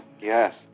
Yes